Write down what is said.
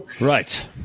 Right